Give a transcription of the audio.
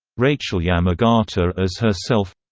rachael yamagata as herself